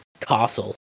castle